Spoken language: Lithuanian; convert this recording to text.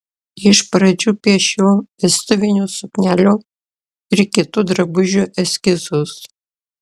iš pradžių piešiau vestuvinių suknelių ir kitų drabužių eskizus